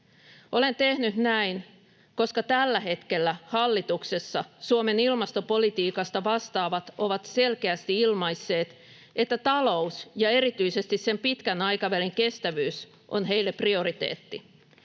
Olen tehnyt näin, koska tällä hetkellä hallituksessa Suomen ilmastopolitiikasta vastaavat ovat selkeästi ilmaisseet, että talous ja erityisesti sen pitkän aikavälin kestävyys on heille prioriteetti.